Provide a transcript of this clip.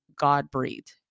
God-breathed